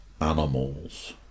animals